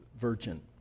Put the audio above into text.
virgin